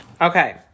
okay